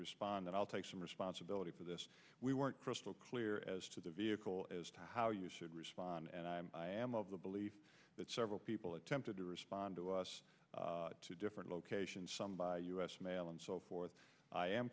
respond and i'll take some responsibility for this we weren't crystal clear as to the vehicle as to how you would respond and i am of the belief that several people attempted to respond to us to different locations some by us mail and so forth i am